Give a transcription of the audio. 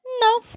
no